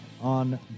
on